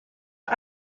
are